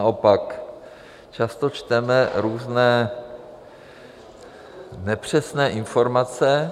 Naopak, často čteme různé nepřesné informace.